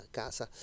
casa